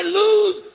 lose